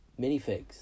minifigs